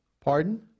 Pardon